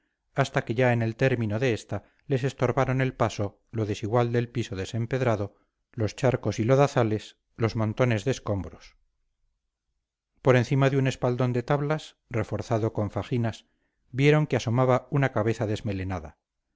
hasta que ya en el término de esta les estorbaron el paso lo desigual del piso desempedrado los charcos y lodazales los montones de escombros por encima de un espaldón de tablas reforzado con fajinas vieron que asomaba una cabeza desmelenada